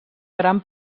gran